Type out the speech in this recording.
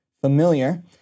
familiar